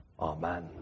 Amen